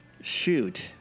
Shoot